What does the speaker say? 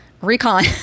recon